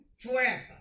forever